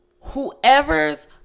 whoever's